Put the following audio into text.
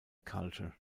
culture